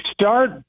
start